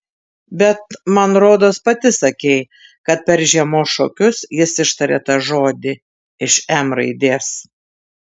bet man rodos pati sakei kad per žiemos šokius jis ištarė tą žodį iš m raidės